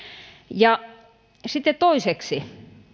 ja sitten toiseksi